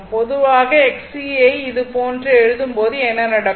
பொதுவாக Xc யை இது போன்று எழுதும்போது என்ன நடக்கும்